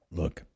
look